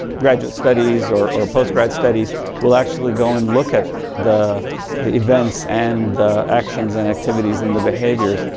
graduate studies or post grad studies will actually go and look at the the events and the actions and activities and the behaviors,